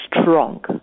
strong